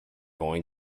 going